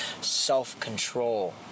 self-control